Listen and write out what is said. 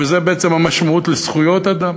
וזו בעצם המשמעות של זכויות אדם,